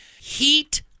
heat